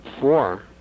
four